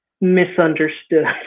misunderstood